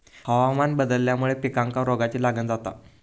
हवामान बदलल्यामुळे पिकांका रोगाची लागण जाता